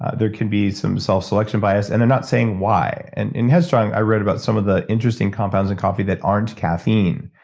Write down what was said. there could be some self-selection bias, and i'm not saying why. and in headstrong i wrote about some of the interesting compounds in coffee that aren't caffeine,